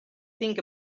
think